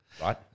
Right